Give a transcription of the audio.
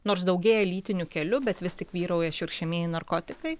nors daugėja lytiniu keliu bet vis tik vyrauja švirkščiamieji narkotikai